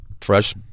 fresh